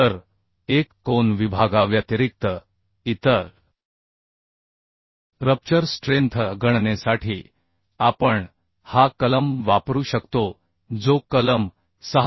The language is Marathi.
तर एक कोन विभागाव्यतिरिक्त इतर रप्चर स्ट्रेंथ गणनेसाठी आपण हा कलम वापरू शकतो जो कलम 6